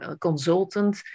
consultant